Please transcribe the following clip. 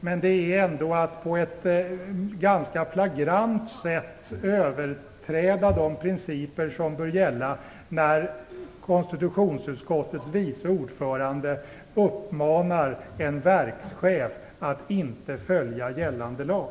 Men det är ändå att på ett ganska flagrant sätt överträda de principer som bör gälla när konstitutionsutskottets vice ordförande uppmanar en verkschef att inte följa gällande lag.